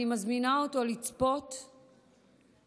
אני מזמינה אותו לצפות בתחקיר,